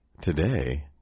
today